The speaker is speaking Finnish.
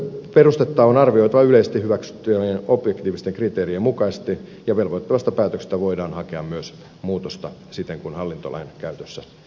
välttämättömyysperustetta on arvioitava yleisesti hyväksyttyjen objektiivisten kriteerien mukaisesti ja velvoittavasta päätöksestä voidaan myös hakea muutosta siten kuin hallintolainkäyttölaissa säädetään